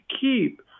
keep